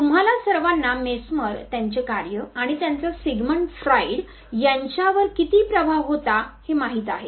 तुम्हाला सर्वांना मेस्मर त्यांचे कार्य आणि त्यांचा सिगमंड फ्रॉइड यांच्यावर किती प्रभाव होता हे माहित आहे